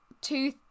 two